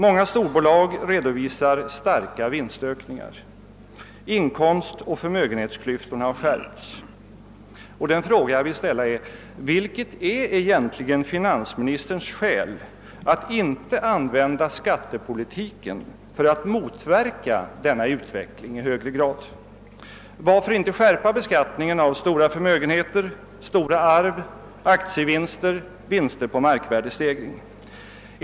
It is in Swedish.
Många storbolag redovisar starka vinstökningar. Inkomstoch förmögenhetsklyftorna har skärpts. Vilket är egentligen finansministerns skäl att inte använda skattepolitiken för att i högre grad motverka denna utveckling? Varför inte skärpa beskattningen av stora förmögenheter, stora arv, aktievinster, vinster på markvärdestegring?